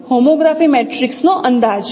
homography મેટ્રિક્સનો અંદાજ